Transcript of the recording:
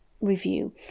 Review